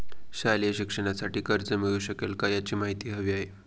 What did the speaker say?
शालेय शिक्षणासाठी कर्ज मिळू शकेल काय? याची माहिती हवी आहे